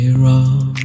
wrong